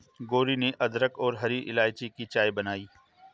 गौरी ने अदरक और हरी इलायची की चाय बनाई